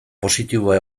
positiboa